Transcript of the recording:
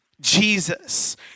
Jesus